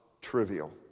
trivial